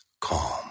calm